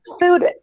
food